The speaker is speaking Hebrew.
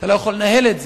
אתה לא יכול לנהל את זה.